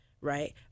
right